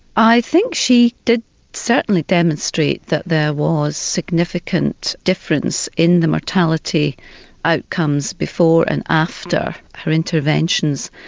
i think she did certainly demonstrate that there was significant difference in the mortality outcomes before and after her interventions,